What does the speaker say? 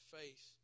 faith